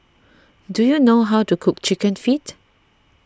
do you know how to cook Chicken Feet